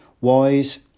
wise